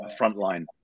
frontline